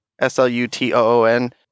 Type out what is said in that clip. s-l-u-t-o-o-n